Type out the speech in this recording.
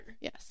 Yes